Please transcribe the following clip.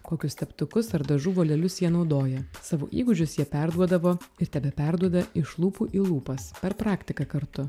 kokius teptukus ar dažų volelius jie naudoja savo įgūdžius jie perduodavo ir tebeperduoda iš lūpų į lūpas per praktiką kartu